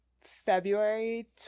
february